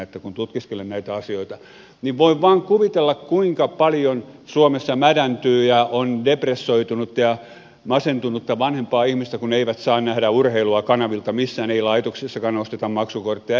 ja kun tutkiskelen näitä asioita niin voin vain kuvitella kuinka paljon suomessa mädäntyy ja on depressoitunutta ja masentunutta vanhempaa ihmistä kun eivät saa nähdä urheilua kanavilta missään ei laitoksissakaan osteta maksukortteja ei missään